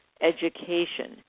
education